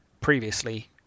previously